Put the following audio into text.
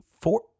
four